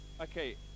okay